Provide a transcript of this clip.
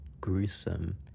gruesome